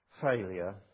failure